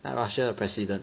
that Russia 的 president